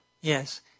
yes